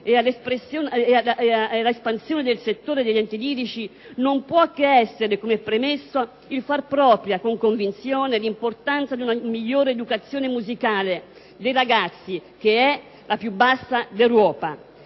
e all'espansione del settore degli enti lirici non può che essere, come premesso, il far propria con convinzione l'importanza di una migliore educazione musicale dei ragazzi, il cui livello